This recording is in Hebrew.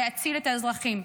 להציל את האזרחים,